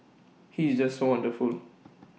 he is just wonderful